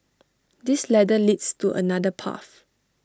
this ladder leads to another path